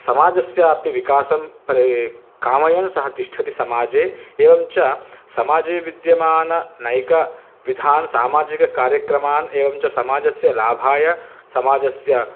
समाजस्य अपि विकासं परि कामयन् सः तिष्ठति समाजे एवं च समाजे विद्यमाननैकविधान् सामाजिककार्यक्रमान् एवं च समाजस्य लाभाया समाजस्य